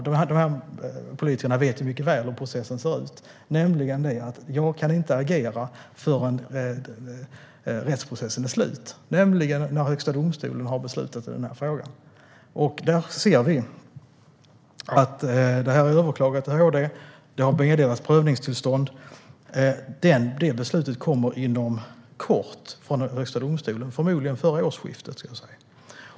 De vet ju mycket väl hur processen ser ut! Jag kan inte agera förrän rättsprocessen är slut och Högsta domstolen har fattat beslut i frågan. Vi vet att målet har överklagats till HD och att det har meddelats prövningstillstånd. Beslutet från Högsta domstolen kommer inom kort, förmodligen före årsskiftet.